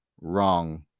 wrong